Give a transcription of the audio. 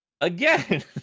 Again